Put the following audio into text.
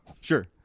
Sure